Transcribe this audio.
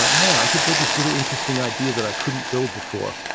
i could build this really interesting idea that i couldn't build before.